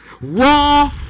raw